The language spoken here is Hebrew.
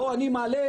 פה אני מעלה,